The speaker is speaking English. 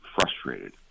frustrated